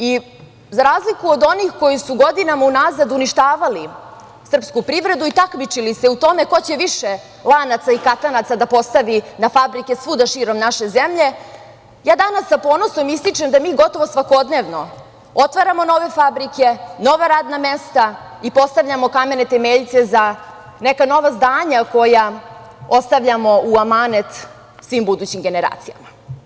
I za razliku od onih koji su godinama unazad uništavali srpsku privredu i takmičili se u tome ko će više lanaca i katanaca da posadi na fabrike svuda širom naše zemlje, ja danas sa ponosom ističem da mi gotovo svakodnevno otvaramo nove fabrike, nova radna mesta i postavljamo kamene temeljce za neka nova zdanja koja ostavljamo u amanet svim budućim generacijama.